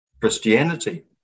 Christianity